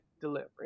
delivery